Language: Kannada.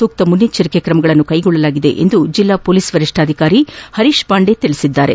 ಸೂಕ್ತ ಮುನ್ನೆಚ್ವರಿಕಾ ಕ್ರಮಗಳನ್ನು ಕ್ಟೆಗೊಳ್ಳಲಾಗಿದೆ ಎಂದು ಜಿಲ್ಲಾ ಮೊಲೀಸ್ ವರಿಷ್ಠಾಧಿಕಾರಿ ಪರೀಶ್ ಪಾಂಡೆ ತಿಳಿಸಿದ್ದಾರೆ